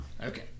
Okay